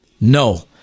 No